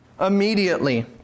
immediately